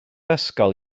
ysgol